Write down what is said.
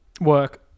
Work